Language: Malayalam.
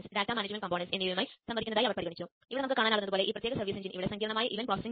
അത് റിസീവർreceiver നിന്ന് നമുക്ക് ഇത് സ്വീകരിക്കാൻ കഴിയും